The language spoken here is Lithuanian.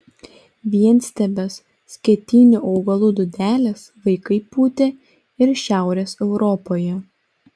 vienstiebes skėtinių augalų dūdeles vaikai pūtė ir šiaurės europoje